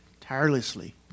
Tirelessly